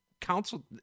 Council